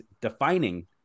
defining